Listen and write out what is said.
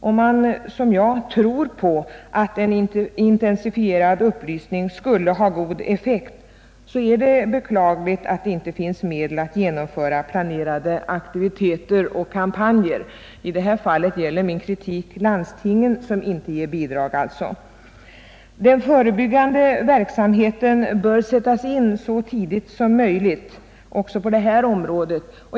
För den som i likhet med mig tror på att en intensifierad upplysning skulle ha god effekt är det beklagligt att det inte finns medel att genomföra planerade aktiviteter och kampanjer. I det här fallet gäller min kritik de landsting som inte ger bidrag. Den förebyggande verksamheten bör sättas in så tidigt som möjligt också på detta område.